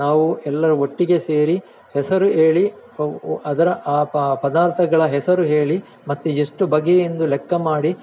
ನಾವು ಎಲ್ಲರೂ ಒಟ್ಟಿಗೆ ಸೇರಿ ಹೆಸರು ಹೇಳಿ ಅವು ಅದರ ಆ ಆ ಪದಾರ್ಥಗಳ ಹೆಸರು ಹೇಳಿ ಮತ್ತು ಎಷ್ಟು ಬಗೆ ಎಂದು ಲೆಕ್ಕ ಮಾಡಿ